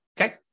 Okay